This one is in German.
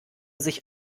sich